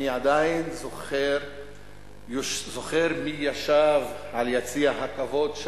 אני עדיין זוכר מי ישב ביציע הכבוד,